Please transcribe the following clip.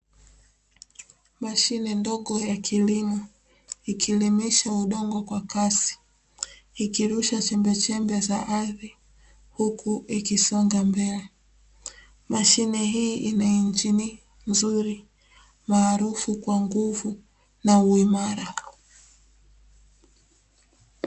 Mashine ndogo ya kilimo ikilimisha udongo kwa kasi ikirusha chembechembe za ardhi huku ikisonga mbele. Mashine hii ina injini nzuri maarufu kwa nguvu na uimara.